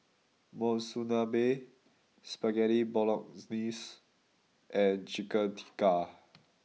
Monsunabe Spaghetti Bolognese and Chicken Tikka